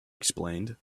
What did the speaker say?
explained